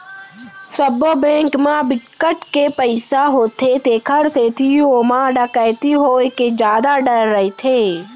सबो बेंक म बिकट के पइसा होथे तेखर सेती ओमा डकैती होए के जादा डर रहिथे